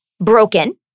broken